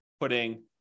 putting